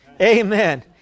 Amen